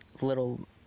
little